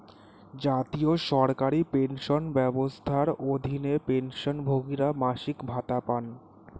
জাতীয় সরকারি পেনশন ব্যবস্থার অধীনে, পেনশনভোগীরা মাসিক ভাতা পান